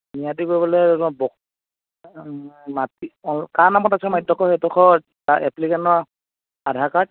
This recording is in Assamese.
কৰিবলে ব মাটি কাৰ নামত আছে মাটিডোখৰ সেইডোখৰ এপ্লিকেনৰ আধাৰ কাৰ্ড